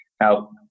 Now